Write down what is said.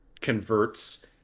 converts